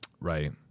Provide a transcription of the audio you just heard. Right